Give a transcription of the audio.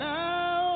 now